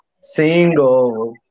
single